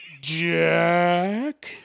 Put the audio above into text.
Jack